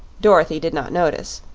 dorothy did not notice.